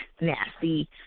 Nasty